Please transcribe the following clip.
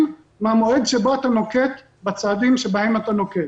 מהמועד שבו אתה נוקט בצעדים שבהם אתה נוקט.